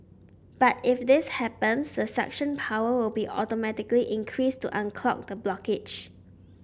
but if this happens the suction power will be automatically increased to unclog the blockage